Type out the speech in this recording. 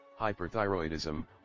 Hyperthyroidism